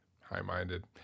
high-minded